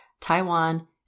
Taiwan